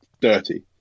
dirty